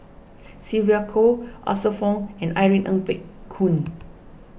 Sylvia Kho Arthur Fong and Irene Ng Phek Hoong